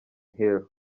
hill